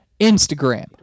Instagram